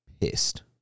pissed